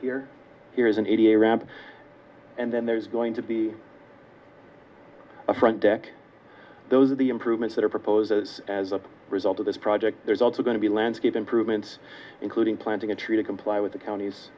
here here is an eighty eight ramp and then there's going to be a front deck those are the improvements that are proposed as a result of this project there's also going to be landscape improvements including planting a tree to comply with the count